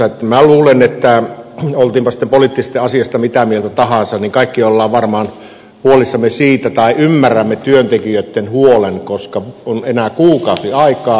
minä luulen että oltiinpa sitten poliittisesti asiasta mitä mieltä tahansa niin kaikki olemme varmaan huolissamme siitä tai ymmärrämme työntekijöitten huolen koska on enää kuukausi aikaa